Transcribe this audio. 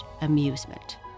amusement